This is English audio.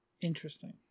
interesting